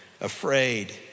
afraid